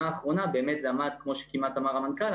האחרונה באמת זה עמד כמו שכמעט אמר המנכ"ל,